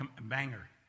banger